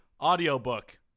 audiobook